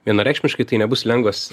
vienareikšmiškai tai nebus lengvas